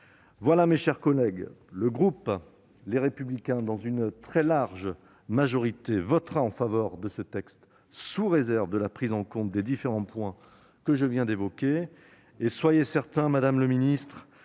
Mes chers collègues, le groupe Les Républicains votera, dans une très large majorité, en faveur de ce texte, sous réserve de la prise en compte des différents points que je viens d'évoquer. Soyez certaine, madame la ministre,